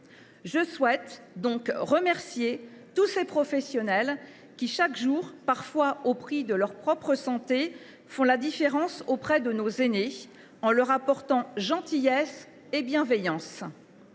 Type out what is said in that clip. Je souhaite donc remercier tous ces professionnels qui, chaque jour, parfois au prix de leur propre santé, font la différence auprès de nos aînés en leur apportant gentillesse et bienveillance.